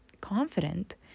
confident